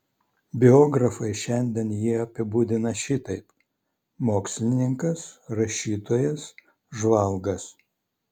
biografai šiandien jį apibūdina šitaip mokslininkas rašytojas žvalgas